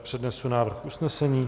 Přednesu návrh usnesení.